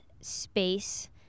space